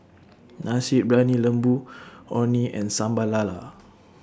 Nasi Briyani Lembu Orh Nee and Sambal Lala